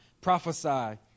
prophesy